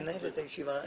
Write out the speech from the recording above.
תנהל את הישיבה.